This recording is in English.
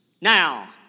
Now